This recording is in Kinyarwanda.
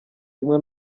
kimwe